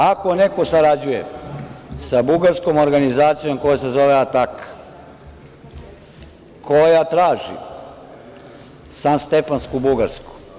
Ako neko sarađuje sa bugarskom organizacijom koja se zove Atak, koja traži sanstefansku Bugarsku.